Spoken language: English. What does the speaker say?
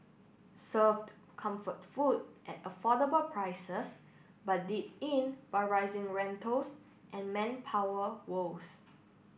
served comfort food at affordable prices but did in by rising rentals and manpower woes